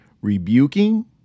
rebuking